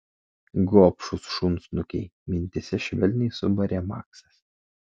gobšūs šunsnukiai mintyse švelniai subarė maksas